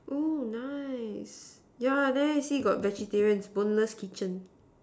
oh nice yeah there got vegetarian boneless kitchen